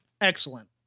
Excellent